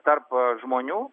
tarp žmonių